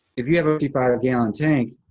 if you have a fifty five gallon tank,